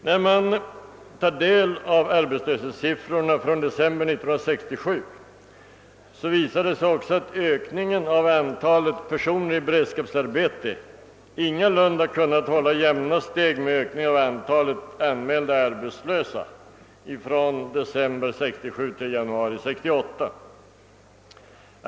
När man tar del av arbetslöshetssiffrornas utveckling visar det sig också att ökningen av antalet personer i beredskapsarbete ingalunda kunnat hålla jämna steg med ökningen av antalet anmälda arbetslösa från december 1967 till januari 1968.